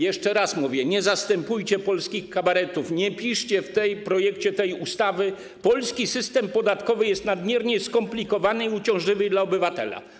Jeszcze raz mówię: nie zastępujcie polskich kabaretów, nie piszcie w projekcie tej ustawy, że polski system podatkowy jest nadmiernie skomplikowany i uciążliwy dla obywatela.